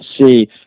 see